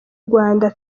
rwanda